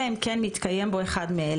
אלא אם כן מתקיים בו אחד מאלה: